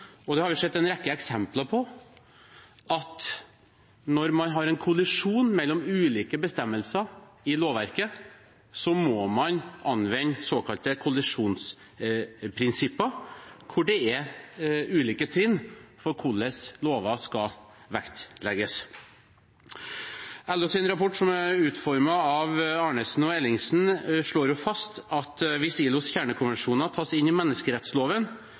og det har vi sett en rekke eksempler på – at når man har en kollisjon mellom ulike bestemmelser i lovverket, må man anvende såkalte kollisjonsprinsipper, hvor det er ulike trinn for hvordan lover skal vektlegges. LOs rapport, som er utformet av Finn Arnesen og Hilde Ellingsen, slår fast at hvis ILOs kjernekonvensjoner tas inn i menneskerettsloven, vil motstridsspørsmål være uttrykkelig regulert i menneskerettsloven